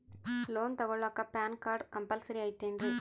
Loan ತೊಗೊಳ್ಳಾಕ pan card compulsory ಐಯ್ತೇನ್ರಿ?